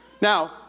Now